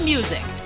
Music